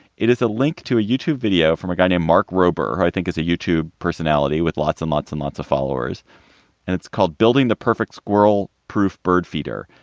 it is a link to a youtube video from a guy named mark rober, who i think is a youtube personality with lots and lots and lots of followers and it's called building the perfect squirrel proof bird feeder.